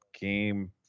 game